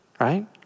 right